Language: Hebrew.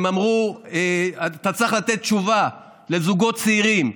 הם אמרו: אתה צריך לתת תשובה לזוגות צעירים,